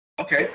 Okay